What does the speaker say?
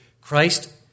Christ